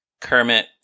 Kermit